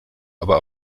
aber